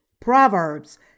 Proverbs